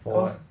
for what